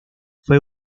fue